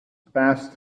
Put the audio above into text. passed